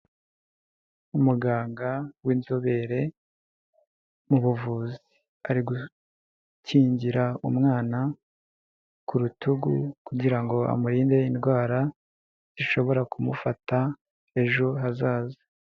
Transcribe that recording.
Umuganga w'inzobere mu buvuzi ari gukingira umwana ku rutugu kugira ngo amurinde indwara zishobora kumufata ejo hazaza.